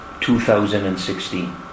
2016